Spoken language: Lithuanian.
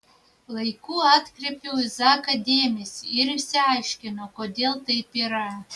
laiku atkreipiau į zaką dėmesį ir išsiaiškinau kodėl taip yra